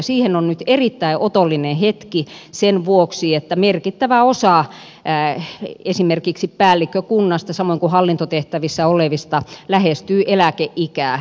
siihen on nyt erittäin otollinen hetki sen vuoksi että merkittävä osa esimerkiksi päällikkökunnasta samoin kuin hallintotehtävissä olevista lähestyy eläkeikää